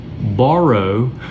borrow